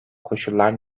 koşullar